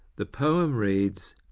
the poem reads,